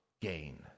gain